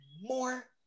more